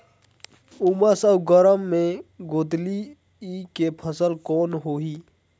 उमस अउ गरम मे गोंदली के फसल कौन होही?